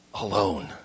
alone